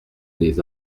des